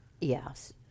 Yes